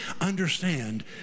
Understand